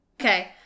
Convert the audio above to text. Okay